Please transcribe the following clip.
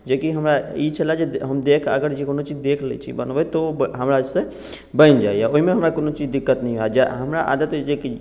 जेकि हमरा ई छलै जे हम देख देख अगर जे कोनो चीज देख लै छी बनबैत तऽ ओ हमरा सँ बनि जाय यऽ ओहिमे हमरा कोनो चीज दिक्कत नहि यऽ आ हमरा आदत अइ जे कि